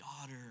daughter